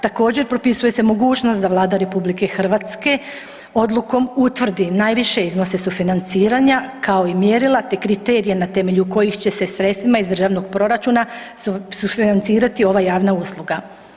Također propisuje se mogućnost da Vlada RH odlukom utvrdi najviše iznose sufinanciranja kao i mjerila, te kriterije na temelju kojih će se sredstvima iz državnog proračuna sufinancirati ova javna usluga.